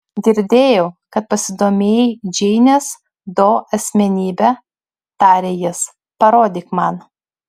girdėjau kad pasidomėjai džeinės do asmenybe tarė jis parodyk man